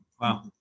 Wow